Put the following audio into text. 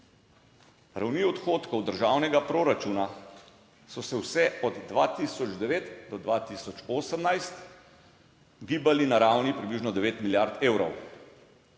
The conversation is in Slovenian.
Ravni odhodkov državnega proračuna so se vse od 2009 do 2018 gibali na ravni približno devet milijard evrov.